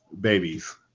Babies